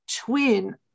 twin